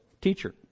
teacher